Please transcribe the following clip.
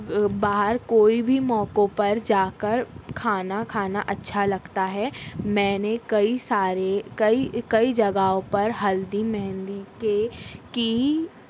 باہر کوئی بھی موقعوں پر جا کر کھانا کھانا اچھا لگتا ہے میں نے کئی سارے کئی کئی جگہوں پہ ہلدی مہندی کے کی